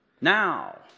now